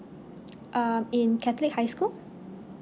um in catholic high school